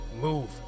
move